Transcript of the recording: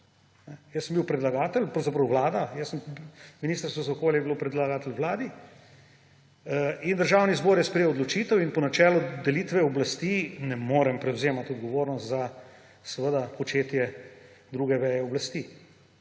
Jaz sem bil predlagatelj, pravzaprav Vlada, Ministrstvo za okolje je bil predlagatelj Vladi in Državni zbor je sprejel odločitev. In po načelu delitve oblasti ne morem prevzemati odgovornost, seveda, za početje druge veje oblasti.